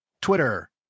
Twitter